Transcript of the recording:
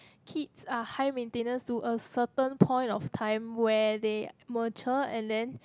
kids are high maintenance to a certain point of time where they mature and then